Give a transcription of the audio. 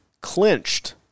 clinched